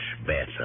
better